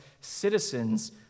citizens